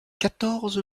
quatorze